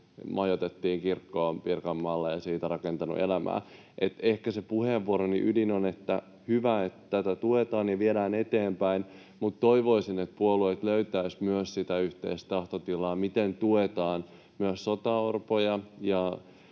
majoitettiin kirkkoon Pirkanmaalle ja on siitä rakentanut elämää. Ehkä puheenvuoroni ydin on, että on hyvä, että tätä tuetaan ja viedään eteenpäin, mutta toivoisin, että puolueet löytäisivät sitä yhteistä tahtotilaa myös siihen, miten tuetaan myös sotaorpoja,